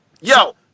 Yo